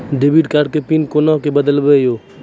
Debit card के pin कोना के बदलबै यो?